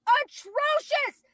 atrocious